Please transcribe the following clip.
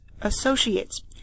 associates